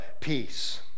peace